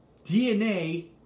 DNA